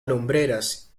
lumbreras